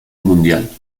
mundial